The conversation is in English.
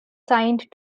signed